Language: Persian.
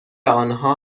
آنها